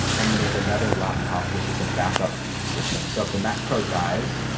and then there's another laptop which is a backup system. so if the mac pro dies,